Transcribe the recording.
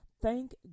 thank